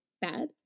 bad